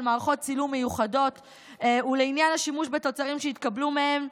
מערכות צילום מיוחדות ולעניין השימוש בתוצרים שיתקבלו מהן.